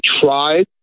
tried